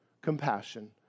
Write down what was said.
Compassion